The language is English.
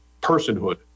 personhood